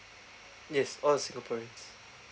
yes all are singaporeans